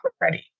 ready